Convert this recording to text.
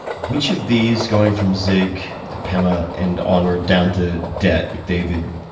which of these, going from zig to pema and onward down to debt with david,